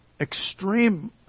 extreme